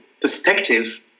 perspective